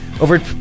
Over